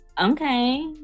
Okay